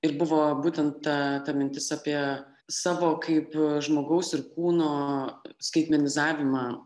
ir buvo būtent ta ta mintis apie savo kaip žmogaus ir kūno skaitmenizavimą